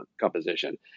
composition